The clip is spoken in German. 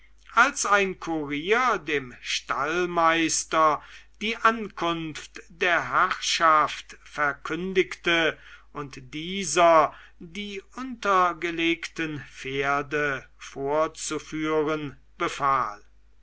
als ein kurier dem stallmeister die ankunft der herrschaft verkündigte und dieser die untergelegten pferde vorzuführen befahl